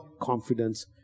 confidence